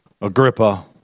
Agrippa